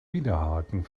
widerhaken